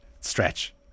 stretch